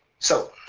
so